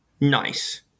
Nice